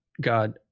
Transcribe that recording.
God